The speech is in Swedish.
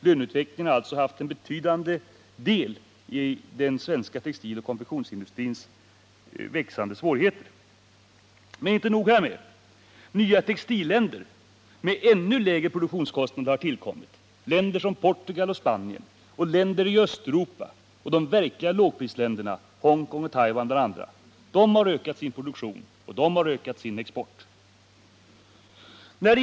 Löneutvecklingen har alltså haft en betydande del i den svenska textiloch konfektionsindustrins växande svårigheter. Men inte nog härmed! Nya textilländer, med ännu lägre produktionskostnader, har tillkommit. Det är länder som Portugal och Spanien, länder i Östeuropa och de verkliga lågprisländerna, bl.a. Hongkong och Taiwan. De har ökat sin produktion och sin export.